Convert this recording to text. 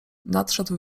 nadszedł